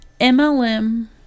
MLM